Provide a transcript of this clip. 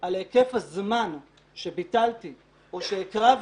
על היקף הזמן שביטלתי או שהקרבתי,